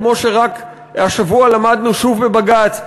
כמו שרק השבוע למדנו שוב בבג"ץ,